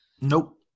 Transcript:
nope